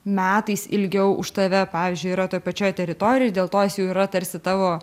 metais ilgiau už tave pavyzdžiui yra toj pačioj teritorijoj dėl to jis jau yra tarsi tavo